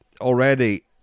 already